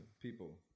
people